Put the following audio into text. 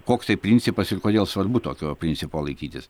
koks tai principas ir kodėl svarbu tokio principo laikytis